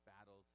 battles